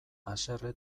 haserre